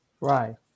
Right